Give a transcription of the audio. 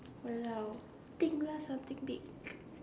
!walao! think lah something big